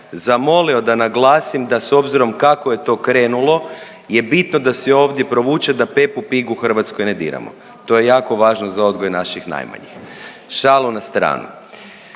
zamolio da naglasim da s obzirom kako je to krenulo je bitno da se i ovdje provuče da Pepu Pig u Hrvatskoj ne diramo. To je jako važno za odgoj naših najmanjih. Šalu na stranu.